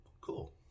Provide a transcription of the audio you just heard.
cool